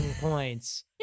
points